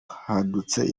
hadutse